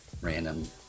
random